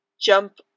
jump